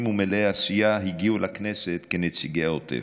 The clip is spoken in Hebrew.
ומלאי עשייה הגיעו לכנסת כנציגי העוטף,